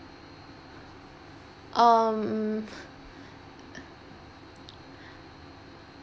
um